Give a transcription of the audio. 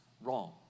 wrong